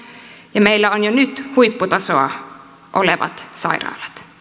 ja meillä on jo nyt huipputasoa olevat sairaalat